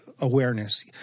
awareness